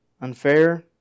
unfair